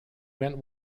went